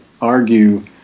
argue